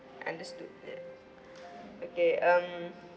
understood that okay um